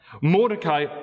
Mordecai